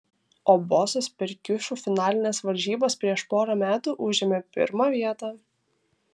o bosas per kiušiu finalines varžybas prieš porą metų užėmė pirmą vietą